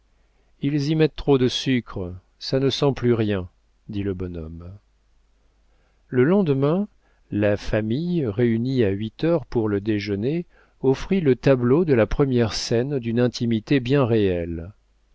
ils y mettent trop de sucre ça ne sent plus rien dit le bonhomme le lendemain la famille réunie à huit heures pour le déjeuner offrit le tableau de la première scène d'une intimité bien réelle